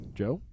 joe